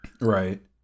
Right